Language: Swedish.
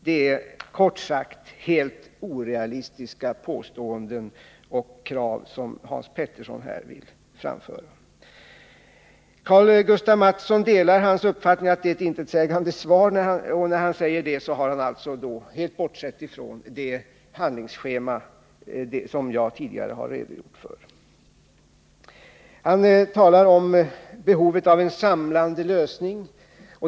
Det är kort sagt helt orealistiska påståenden och krav Hans Petersson här framför. Karl-Gustaf Mathsson delar Hans Peterssons uppfattning att det är ett intetsägande svar som de har fått. När han säger detta bortser han helt från det handlingsschema som jag tidigare redogjort för. Karl-Gustaf Mathsson talade om behovet av en samlande lösning.